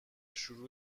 شروع